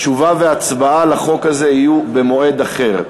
תשובה והצבעה על החוק הזה יהיו במועד אחר.